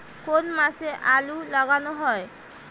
কোন মাসে আলু লাগানো হয়?